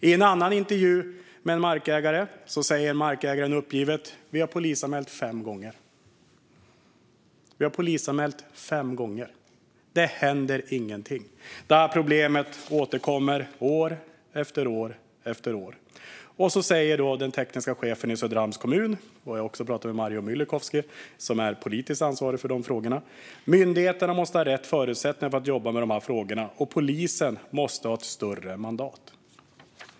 I en annan intervju säger en markägare uppgivet att man har polisanmält fem gånger, men det händer ingenting. Det här problemet återkommer år efter år. Den tekniska chefen i Söderhamns kommun - jag har också pratat med Marjo Myllykoski, som är politiskt ansvarig för de frågorna - säger: "Myndigheterna måste ha rätt förutsättningar för att jobba med de här frågorna och polisen måste ha ett större mandat."